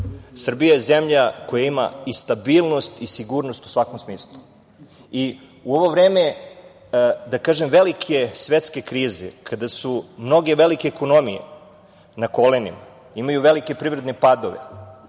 Srbija je zemlja koja ima i stabilnost i sigurnost u svakom smislu. U ovo vreme velike svetske krize, kada su mnoge velike ekonomije na kolenima, imaju velike privredne padove